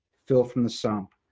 fill from the sump.